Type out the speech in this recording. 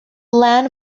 land